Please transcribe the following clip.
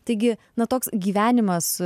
taigi nuo toks gyvenimas